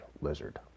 lizard